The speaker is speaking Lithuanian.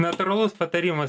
natūralus patarimas